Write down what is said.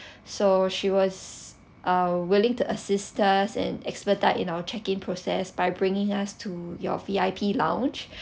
so she was uh willing to assist us and expertise in our checking process by bringing us to your V_I_P lounge